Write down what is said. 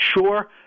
sure